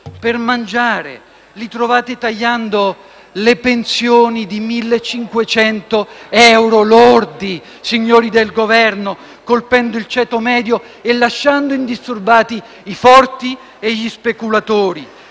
per mangiare; li trovate tagliando le pensioni di 1.500 euro lordi, signori del Governo, colpendo il ceto medio e lasciando indisturbati i forti e gli speculatori.